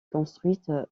construite